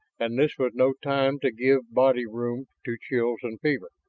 and this was no time to give body room to chills and fever.